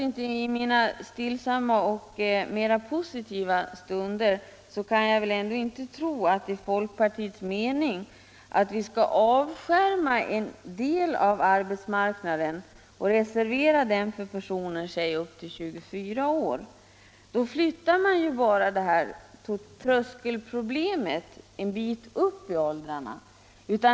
I mina stillsamma och mera positiva stunder kan jag väl ändå inte tro att det är folkpartiets mening att vi skall avskärma en del av arbetsmarknaden och reservera den för personer, säg upp till 24 års ålder. Då flyttar man ju bara det här tröskelproblemet när det gäller sysselsättningen en bit upp i åldrarna.